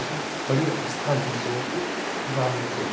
बहुत बड़ी आस्था है हिंदुओं की राम मंदिर